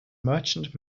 merchant